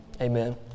amen